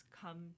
come